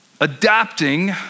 adapting